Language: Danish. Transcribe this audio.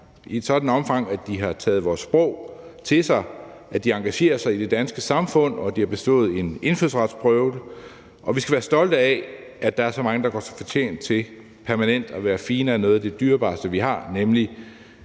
i et sådant omfang, at de har taget vores sprog til sig, at de engagerer sig i det danske samfund, og at de har bestået en indfødsretsprøve. Og vi skal være stolte af, at der er så mange, der gør sig fortjent til permanent at være en del af noget af det dyrebareste, vi har, nemlig